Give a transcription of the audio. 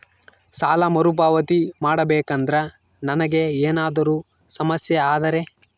ಸಾಲ ಮರುಪಾವತಿ ಮಾಡಬೇಕಂದ್ರ ನನಗೆ ಏನಾದರೂ ಸಮಸ್ಯೆ ಆದರೆ?